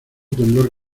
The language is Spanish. temblor